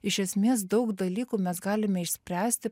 iš esmės daug dalykų mes galime išspręsti